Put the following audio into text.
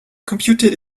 computed